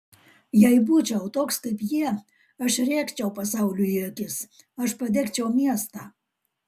jei būčiau toks kaip jie aš rėkčiau pasauliui į akis aš padegčiau miestą